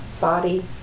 body